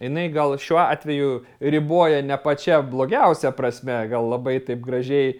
jinai gal šiuo atveju riboja ne pačia blogiausia prasme gal labai taip gražiai